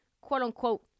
quote-unquote